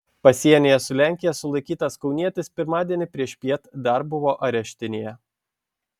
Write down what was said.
pasienyje su lenkija sulaikytas kaunietis pirmadienį priešpiet dar buvo areštinėje